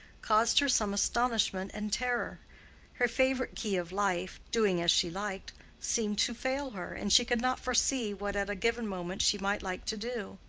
caused her some astonishment and terror her favorite key of life doing as she liked seemed to fail her, and she could not foresee what at a given moment she might like to do.